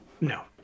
No